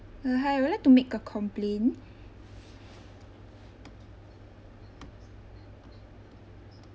uh hi I would like to make a complain